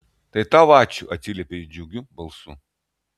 tai tau ačiū atsiliepia jis džiugiu balsu